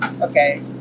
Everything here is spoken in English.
okay